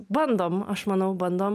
bandom aš manau bandom